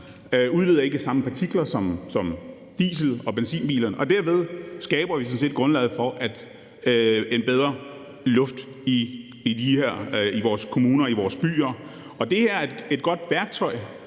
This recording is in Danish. udleder ikke samme partikler som diesel- og benzinbilerne. Derved skaber vi sådan set grundlaget for en bedre luft i vores kommuner og vores byer. Det er et godt værktøj.